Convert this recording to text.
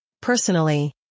Personally